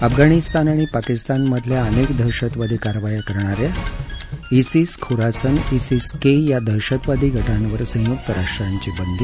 अफगाणिस्तान आणि पाकिस्तानमधल्या अनेक दहशतवादी कारवाया करणाऱ्या इसिस खोरासन इसिस के या दहशतवादी गटांवर संयुक्त राष्ट्रांची बंदी